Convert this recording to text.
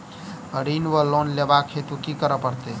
ऋण वा लोन लेबाक हेतु की करऽ पड़त?